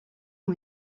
ont